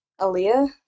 Aaliyah